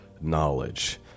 knowledge